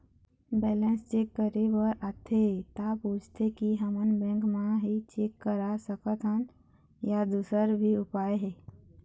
Balance check करे बर आथे ता पूछथें की हमन बैंक मा ही चेक करा सकथन या दुसर भी उपाय हे?